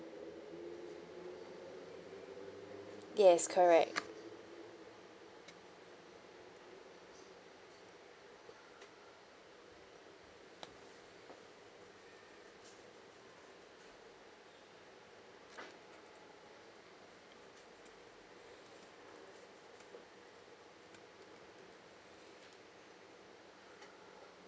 yes correct